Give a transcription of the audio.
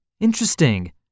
Interesting